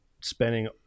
spending